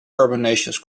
carbonaceous